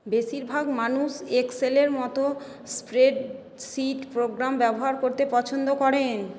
বেশিরভাগ মানুষ এক্সেলের মতো স্প্রেড শিট প্রোগ্রাম ব্যবহার করতে পছন্দ করেন